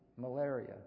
malaria